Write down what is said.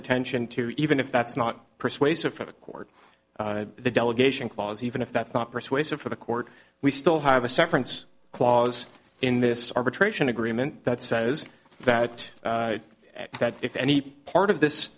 attention to even if that's not persuasive for the court the delegation clause even if that's not persuasive for the court we still have a severance clause in this arbitration agreement that says that that if any part of this